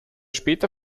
später